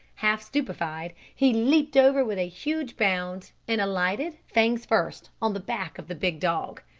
half stupefied, he leaped over with a huge bound and alighted, fangs first, on the back of the big dog.